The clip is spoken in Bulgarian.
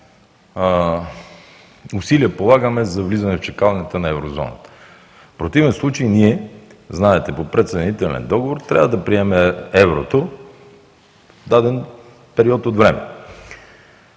усилия полагаме за влизане в чакалнята на Еврозоната. В противен случай ние, знаете по предсъединителен договор трябва да приемем еврото в даден период от време.